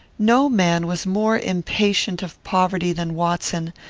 no man was more impatient of poverty than watson,